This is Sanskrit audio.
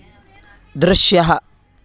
दृश्यः